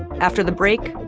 after the break,